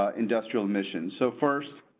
ah industrial emission, so first,